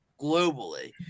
globally